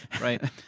Right